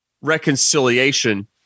reconciliation